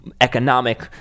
economic